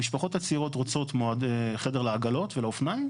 המשפחות הצעירות רוצות חדר לעגלות ולאופניים